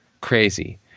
crazy